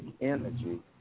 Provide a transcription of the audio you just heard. energy